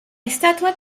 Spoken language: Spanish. estatua